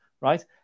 right